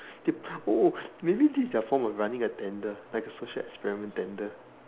they oh maybe this their form of running a tender like a social experiment tender